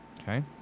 Okay